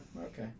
okay